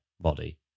body